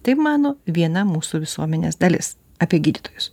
taip mano viena mūsų visuomenės dalis apie gydytojus